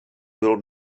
bylo